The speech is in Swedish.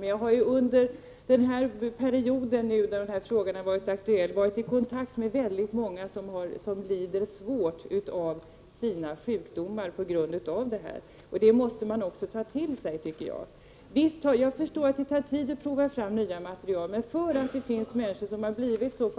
Men jag har under den period den här frågan varit aktuell varit i kontakt med många som lider svårt av sjukdomar som orsakats av tandfyllningar, och det måste man ta till sig, tycker jag. Jag förstår att det tar tid att prova fram nya material. Men på grund av att det finns människor som blivit så